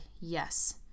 yes